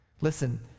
Listen